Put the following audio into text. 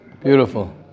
Beautiful